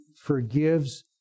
forgives